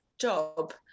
job